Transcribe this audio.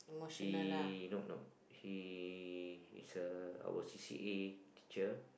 he not no he is a our P_A teacher